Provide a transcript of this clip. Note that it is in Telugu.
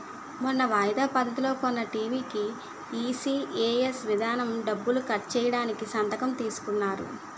మొన్న వాయిదా పద్ధతిలో కొన్న టీ.వి కీ ఈ.సి.ఎస్ విధానం డబ్బులు కట్ చేయడానికి సంతకం తీసుకున్నారు